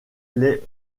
les